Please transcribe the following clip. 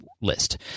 list